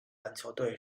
篮球队